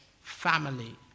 family